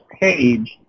page